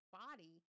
body